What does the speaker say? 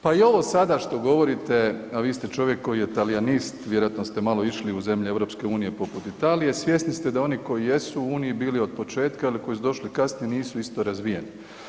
Pa i ovo sada što govorite, a vi ste čovjek je talijanist, vjerojatno ste malo išli u zemlje Europske unije poput Italije, svjesni ste da oni koji jesu u uniji bili od početka ili koji su došli kasnije nisu isto razvijeni.